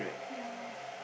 ya